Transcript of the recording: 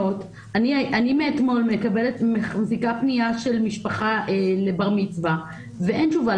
מאתמול אני מחזיקה פנייה של משפחה לבר מצווה ואין תשובה,